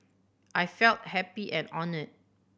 I felt happy and honoured